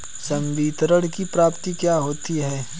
संवितरण की प्रक्रिया क्या होती है?